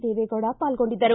ದೇವೆಗೌಡ ಪಾಲ್ಗೊಂಡಿದ್ದರು